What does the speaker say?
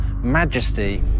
majesty